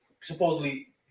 supposedly